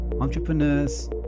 entrepreneurs